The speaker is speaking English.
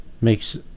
Makes